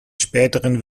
späteren